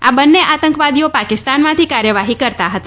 આ બંને આતંકવાદીઓ પાકિસ્તાનમાંથી કાર્યવાહી કરતા હતા